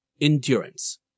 endurance